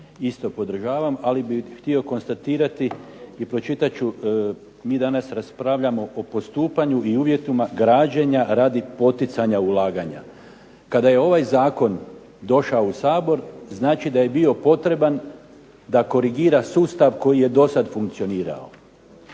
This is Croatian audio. isto podržavam. Ali bih htio konstatirati i pročitat ću mi danas raspravljamo o postupanju i uvjetima građenja radi poticanja ulaganja. Kada je ovaj zakon došao u Sabor znači da je bio potreban da korigira sustav koji je do sad funkcionirao.